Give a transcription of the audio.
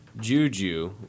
Juju